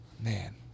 man